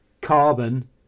carbon